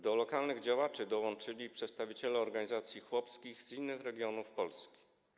Do lokalnych działaczy dołączyli przedstawiciele organizacji chłopskich z innych regionów Polski.